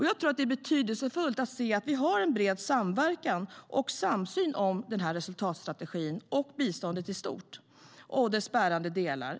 Jag tror att det är betydelsefullt att vi har en bred samverkan och samsyn om denna resultatstrategi och biståndet i stort, i synnerhet dess bärande delar.